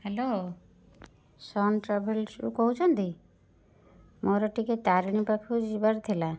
hello Sun ଟ୍ରାଭେଲସ୍ରୁ କହୁଛନ୍ତି ମୋର ଟିକିଏ ତାରିଣୀ ପାଖକୁ ଯିବାର ଥିଲା